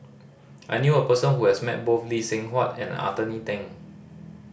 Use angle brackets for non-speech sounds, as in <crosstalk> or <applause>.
I knew a person who has met both Lee Seng Huat and Anthony Then <noise>